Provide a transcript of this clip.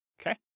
Okay